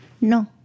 no